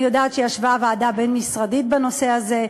אני יודעת שישבה ועדה בין-משרדית בנושא הזה,